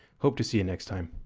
hope to see you next time.